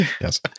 Yes